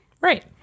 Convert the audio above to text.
Right